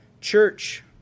church